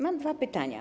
Mam dwa pytania.